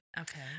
Okay